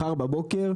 מחר בבוקר,